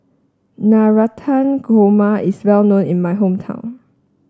Navratan Korma is well known in my hometown